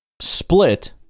split